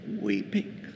weeping